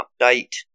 update